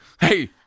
hey